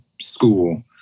school